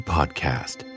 Podcast